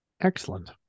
Excellent